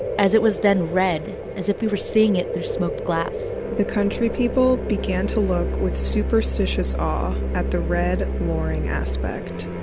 as it was then red as if we were seeing it through smoked glass the country people began to look with superstitious awe at the red, louring aspect